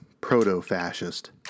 proto-fascist